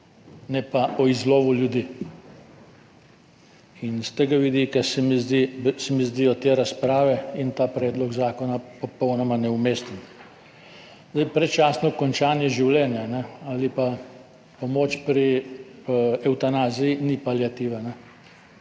ne pa o izlovu ljudi. In s tega vidika se mi zdijo te razprave in ta predlog zakona popolnoma neumesten. Predčasno končanje življenja ali pa pomoč pri evtanaziji ni paliativa,